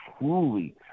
truly